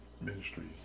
ministries